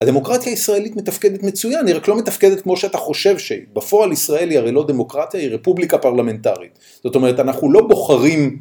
הדמוקרטיה הישראלית מתפקדת מצוין, היא רק לא מתפקדת כמו שאתה חושב שהיא. בפועל ישראל היא הרי לא דמוקרטיה, היא רפובליקה פרלמנטרית. זאת אומרת אנחנו לא בוחרים...